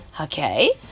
Okay